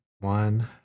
one